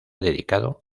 dedicado